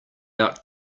out